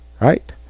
Right